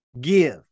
give